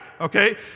Okay